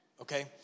okay